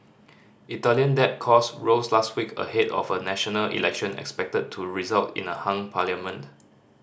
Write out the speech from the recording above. Italian debt cost rose last week ahead of a national election expected to result in a hung parliament